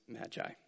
magi